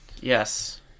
Yes